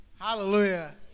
Hallelujah